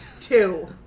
Two